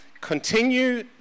continue